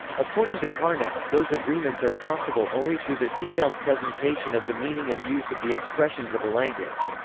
according to carnap, those agreements are possible only through the detailed presentation of the meaning and use of the expressions of a language.